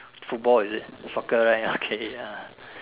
football is it soccer right okay ya